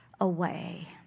away